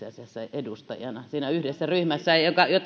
edustajana siinä yhdessä ryhmässä